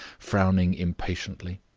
frowning impatiently.